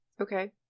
Okay